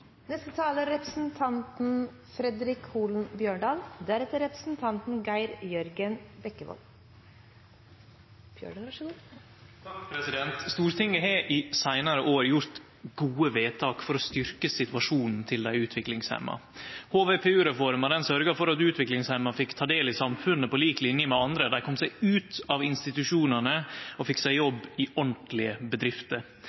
Stortinget har i seinare år gjort gode vedtak for å styrkje situasjonen til dei utviklingshemma. HVPU-reforma sørgde for at utviklingshemma fekk ta del i samfunnet på lik linje med andre. Dei kom seg ut av institusjonane og fekk